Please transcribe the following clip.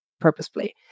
purposefully